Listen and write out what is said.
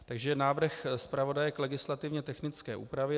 Takže návrh zpravodaje k legislativně technické úpravě.